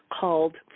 called